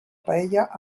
paella